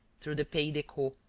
through the pays de caux,